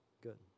good